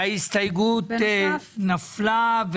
ההסתייגות נפלה.